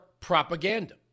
propaganda